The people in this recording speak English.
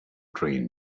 train